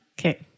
Okay